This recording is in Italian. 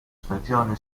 stagione